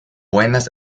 buenas